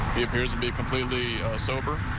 he appears to be completely sober.